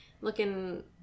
looking